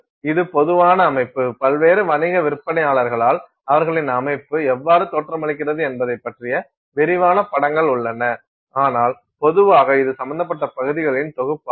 இது பொதுவான அமைப்பு பல்வேறு வணிக விற்பனையாளர்களால் அவர்களின் அமைப்பு எவ்வாறு தோற்றமளிக்கிறது என்பதைப் பற்றிய விரிவான படங்கள் உள்ளன ஆனால் பொதுவாக இது சம்பந்தப்பட்ட பகுதிகளின் தொகுப்பாகும்